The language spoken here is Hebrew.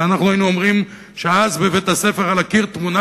ואנחנו היינו אומרים ש"אז בבית-הספר / על הקיר תמונה